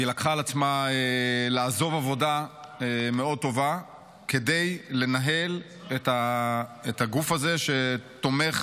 היא לקחה על עצמה לעזוב עבודה טובה מאוד כדי לנהל את הגוף הזה שתומך